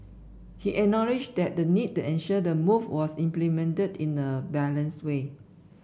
he acknowledged that the need to ensure the move was implemented in a balanced way